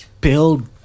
build